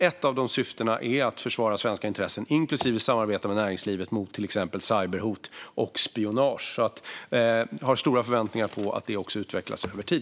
Ett av syftena är att försvara svenska intressen inklusive samarbeta med näringslivet mot till exempel cyberhot och spionage. Jag har stora förväntningar på att det utvecklas över tid.